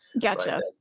gotcha